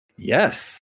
Yes